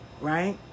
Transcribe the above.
Right